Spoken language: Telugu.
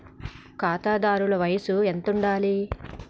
ఖాతాదారుల వయసు ఎంతుండాలి?